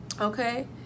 Okay